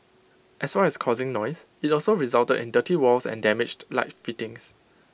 as well as causing noise IT also resulted in dirty walls and damaged light fittings